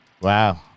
wow